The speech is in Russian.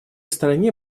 стране